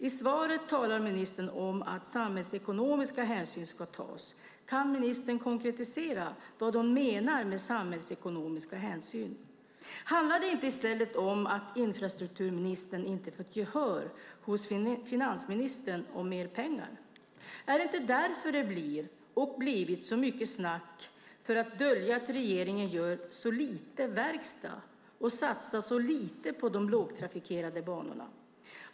I svaret talar ministern om att samhällsekonomiska hänsyn ska tas. Kan ministern konkretisera vad hon menar med samhällsekonomiska hänsyn? Handlar det inte snarare om att infrastrukturministern inte fått gehör hos finansministern för mer pengar? Har det inte blivit så mycket snack för att dölja att regeringen har så lite verkstad och satsar så lite på de lågtrafikerade banorna?